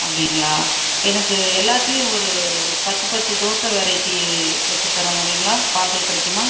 அப்படிங்களா எனக்கு எல்லாத்துலையும் ஒரு பத்து பத்து தோசை வெரைட்டி வச்சு தர முடியுங்களா பார்சல் கிடைக்குமா